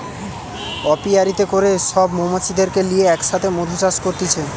অপিয়ারীতে করে সব মৌমাছিদেরকে লিয়ে এক সাথে মধু চাষ করতিছে